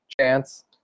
chance